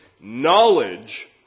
knowledge